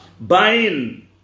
buying